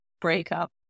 breakup